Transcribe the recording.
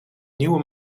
nieuwe